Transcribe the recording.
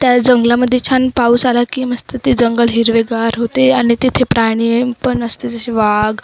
त्या जंगलामध्ये छान पाऊस आला की मस्त ते जंगल हिरवेगार होते आणि तिथे प्राणी पण असते जसे वाघ